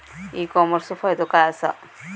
E कॉमर्सचो फायदो काय असा?